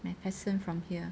macpherson from here